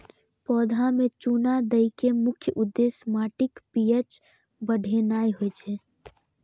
पौधा मे चूना दै के मुख्य उद्देश्य माटिक पी.एच बढ़ेनाय होइ छै